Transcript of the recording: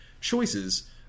choices